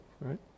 right